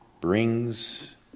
brings